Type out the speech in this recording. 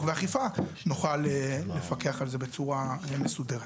ואכיפה נוכל לפקח על זה בצורה מסודרת.